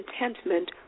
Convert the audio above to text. contentment